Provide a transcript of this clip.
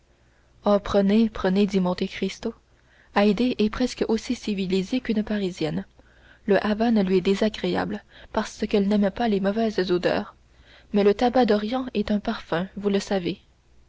prenez dit monte cristo haydée est presque aussi civilisée qu'une parisienne le havane lui est désagréable parce qu'elle n'aime pas les mauvaises odeurs mais le tabac d'orient est un parfum vous le savez